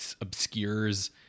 obscures